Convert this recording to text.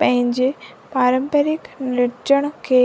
पंहिंजे पारंपरिक नचण खे